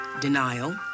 Denial